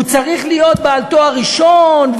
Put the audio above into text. הוא צריך להיות בעל תואר ראשון,